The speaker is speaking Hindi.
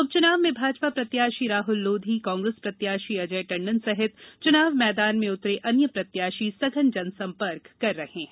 उपचुनाव में भाजपा प्रत्याशी राहुल लोधी कांग्रेस प्रत्याशी अजय टंडन सहित चुनाव मैदान में उतरे अन्य प्रत्याशी सघन जनसंपर्क कर रहे हैं